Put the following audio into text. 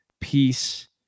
peace